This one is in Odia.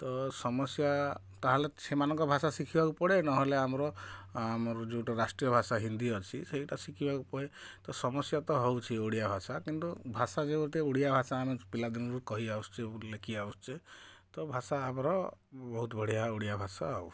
ତ ସମସ୍ୟା ତାହେଲେ ସେମାନଙ୍କ ଭାଷା ଶିଖିବାକୁ ପଡ଼େ ନହେଲେ ଆମର ଆମର ଯେଉଁଟା ରାଷ୍ଟ୍ରୀୟ ଭାଷା ହିନ୍ଦୀ ଅଛି ସେଇଟା ଶିଖିବାକୁ ହୁଏ ତ ସମସ୍ୟା ତ ହଉଛି ଓଡ଼ିଆ ଭାଷା କିନ୍ତୁ ଭାଷା ଯେହେତୁ ଗୋଟେ ଓଡ଼ିଆ ଭାଷା ଆମେ ପିଲାଦିନରୁ କହି ଆସୁଛେ ପୁଣି ଲେଖି ଆସୁଛେ ତ ଭାଷା ଆମର ବହୁତ ବଢ଼ିଆ ଓଡ଼ିଆ ଭାଷା ଆଉ